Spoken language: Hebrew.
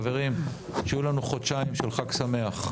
חברים, שיהיו לנו חודשיים של חג שמח.